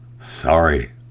Sorry